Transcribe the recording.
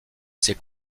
ses